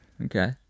Okay